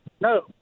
No